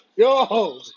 Yo